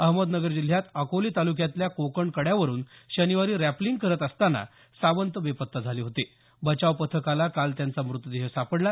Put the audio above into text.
अहमदनगर जिल्ह्यात अकोले तालुक्यातल्या कोकण कड्यावरून शनिवारी रॅपलिंग करत असताना सावंत बेपत्ता झाले होते बचाव पथकाला काल त्यांचा मृतदेह सापडला